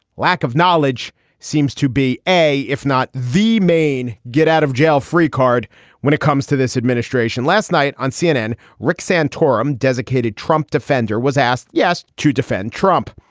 lack of knowledge seems to be a if not the main get out of jail free card when it comes to this administration last night on cnn. rick santorum, dessicated trump defender, was asked yes to defend trump.